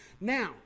Now